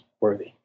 worthy